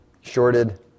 shorted